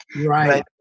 right